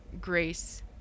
grace